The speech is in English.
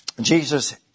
Jesus